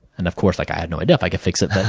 and of course, like i had no idea if i could fix it,